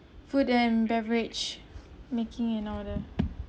food and beverage making in order